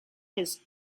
his